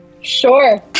Sure